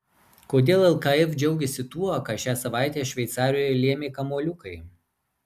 kodėl lkf džiaugiasi tuo ką šią savaitę šveicarijoje lėmė kamuoliukai